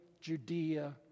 Judea